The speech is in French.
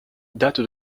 date